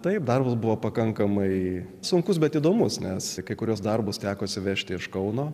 taip darbas buvo pakankamai sunkus bet įdomus nes kai kuriuos darbus teko atsivežti iš kauno